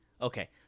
Okay